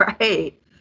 right